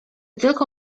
tylko